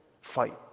fight